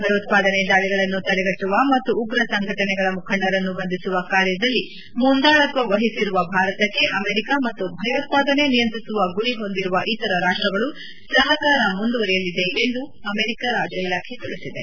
ಭಯೋತ್ವಾದನೆ ದಾಳಿಗಳನ್ನು ತಡೆಗಟ್ಟುವ ಮತ್ತು ಉಗ್ರ ಸಂಘಟನೆಗಳ ಮುಖಂಡರನ್ನು ಬಂಧಿಸುವ ಕಾರ್ಯದಲ್ಲಿ ಮುಂದಾಳತ್ನ ವಹಿಸಿರುವ ಭಾರತಕ್ಕೆ ಅಮೆರಿಕ ಮತ್ತು ಭಯೋತ್ಸಾದನೆ ನಿಯಂತ್ರಿಸುವ ಗುರಿ ಹೊಂದಿರುವ ಇತರ ರಾಷ್ಟ್ರಗಳು ಸಹಕಾರ ಮುಂದುವರಿಯಲಿದೆ ಎಂದು ಅಮೆರಿಕ ರಾಜ್ಯ ಇಲಾಖೆ ತಿಳಿಸಿದೆ